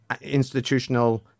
institutional